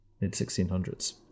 mid-1600s